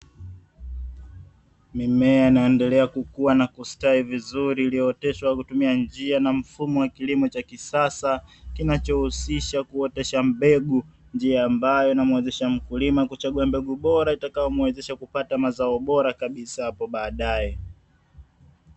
Mimea inayoendelea kukua na kustawi vizuri iliyooteshwa kwa kutumia njia na mfumo wa kilimo cha kisasa kinachohusisha kuotesha mbegu, njia ambayo inamuwezesha mkulima kuchagua mbegu bora itakayomuwezesha kupata mazao bora kabisa hapo baadae.